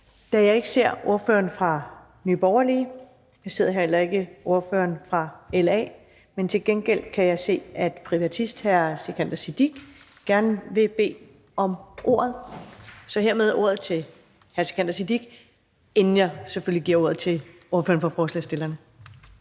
Jeg ser ikke ordføreren fra Nye Borgerlige og heller ikke ordføreren fra LA, men til gengæld kan jeg se, at privatist hr. Sikandar Siddique gerne vil bede om ordet. Så hermed giver jeg ordet til hr. Sikandar Siddique, inden jeg giver ordet til ordføreren for forslagsstillerne.